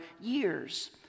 years